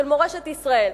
של מורשת ישראל.